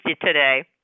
today